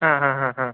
ആ ആ ആ ആ